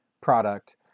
product